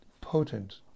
potent